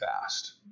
fast